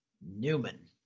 Newman